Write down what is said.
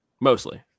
Mostly